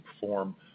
perform